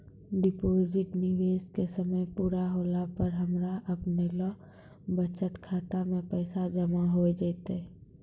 Deposit निवेश के समय पूरा होला पर हमरा आपनौ बचत खाता मे पैसा जमा होय जैतै?